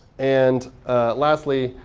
and lastly,